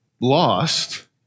lost